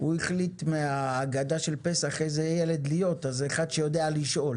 ולכן הצגנו את השקף הזה מראש כדי להגיד שיש פה